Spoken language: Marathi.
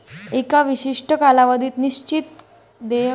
एका विशिष्ट कालावधीत निश्चित देयकासह काल्पनिक गुंतवणूकीच्या परताव्याचा दर आहे